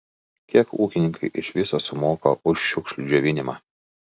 kiek ūkininkai iš viso sumoka už šiukšlių džiovinimą